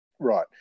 Right